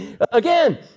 again